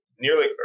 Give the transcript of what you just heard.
nearly